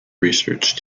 research